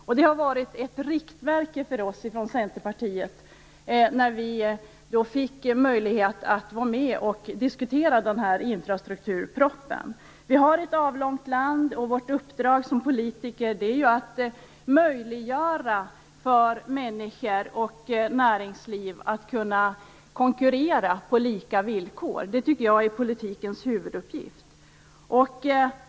Detta har varit ett riktmärke för oss centerpartister när vi fick möjlighet att diskutera infrastrukturpropositionen. Vårt land är avlångt. Vårt uppdrag som politiker är att möjliggöra för människor och näringsliv att konkurrera på lika villkor. Det tycker jag är politikens huvuduppgift.